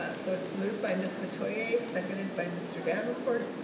ah so it is moved by ms. metoyer, seconded by mr. davenport.